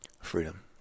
Freedom